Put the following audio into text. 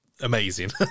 amazing